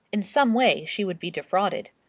in some way she would be defrauded.